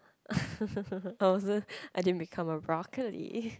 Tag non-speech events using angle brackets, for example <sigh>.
<laughs> I wasn't~ I didn't become a broccoli